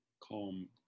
calm